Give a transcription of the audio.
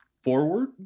forward